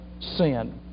sin